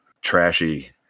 trashy